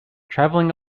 traveling